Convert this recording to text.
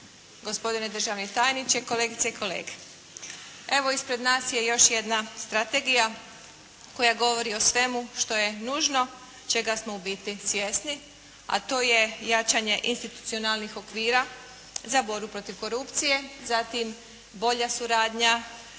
gospodine državni tajniče, kolegice i kolege. Evo ispred nas je još jedna strategija koja govori o svemu što je nužno, čega smo u biti svjesni, a to je jačanje institucionalnih okvira za borbu protiv korupcije, zatim bolja suradnja